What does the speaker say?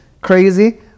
crazy